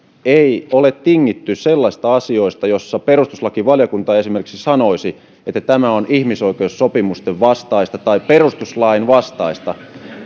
ei ole tingitty sellaisista asioista joista perustuslakivaliokunta esimerkiksi sanoisi että tämä on ihmisoikeussopimusten vastaista tai perustuslain vastaista